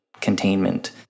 containment